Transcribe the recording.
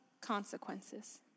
consequences